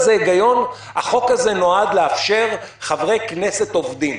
החוק הזה נועד לאפשר חברי כנסת עובדים,